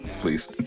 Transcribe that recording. Please